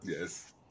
Yes